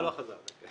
לא, לא חזרתי.